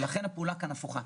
ולכן הפעולה כאן הפוכה.